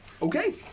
Okay